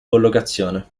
collocazione